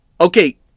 Okay